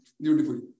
beautifully